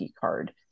card